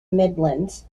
midlands